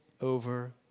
over